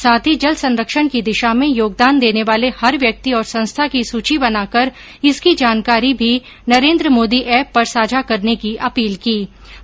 साथ ही जल संरक्षण की दिशा में योगदान देने वाले हर व्यक्ति और संस्था की सुची बनाकर इसकी जानकारी भी नरेन्द्र मोदी एप पर साझा करने की अपील की है